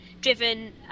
driven